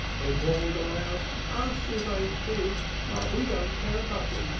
they called aloud, our sieve ain't big but we don't care a button,